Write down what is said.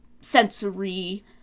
sensory